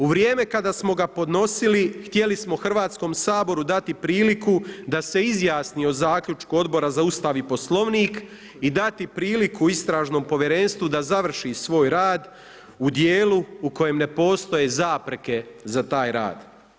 U vrijeme kada smo ga podnosili htjeli smo Hrvatskom saboru dati priliku da se izjasni o zaključku Odbora za Ustav i Poslovnik i dati priliku istražnom povjerenstvu da završi svoj rad u djelu u kojem ne postoje zapreke za taj rad.